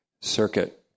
circuit